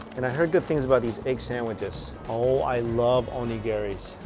and i heard good things about these egg sandwiches. oh, i loved onigiris,